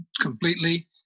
completely